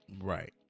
right